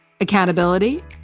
Accountability